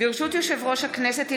ברשות יושב-ראש הכנסת,